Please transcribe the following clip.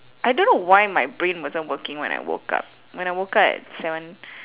I don't know why my brain wasn't working when I woke up when I woke up at seven